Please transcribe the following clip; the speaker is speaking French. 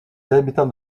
habitants